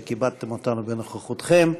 על שכיבדתם אותנו בנוכחותכם.